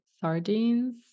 sardines